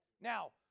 Now